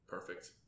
Perfect